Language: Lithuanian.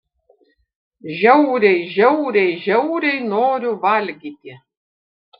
žiauriai žiauriai žiauriai noriu valgyti